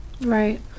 Right